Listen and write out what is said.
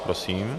Prosím.